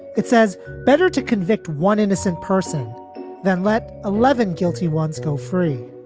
it says better to convict one innocent person than let eleven guilty ones go free